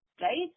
right